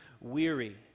weary